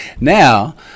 now